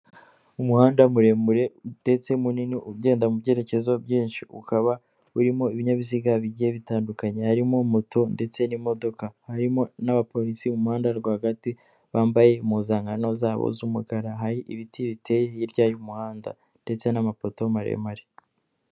Umuhanda muremure ndetse munini ugenda mu byerekezo byinshi, ukaba urimo ibinyabiziga bigiye bitandukanye harimo moto ndetse n'imodoka, harimo n'abapolisi mu muhanda rwagati, bambaye impuzankano zabo z'umukara, hari ibiti biteye hirya y'umuhanda ndetse n'amapoto maremare.